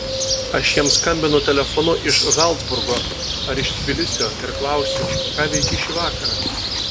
aš jam skambinu telefonu iš zalcburgo ar iš tbilisio ir klausiu ką veiki šį vakarą